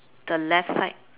the left side